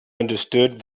understood